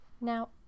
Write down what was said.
Now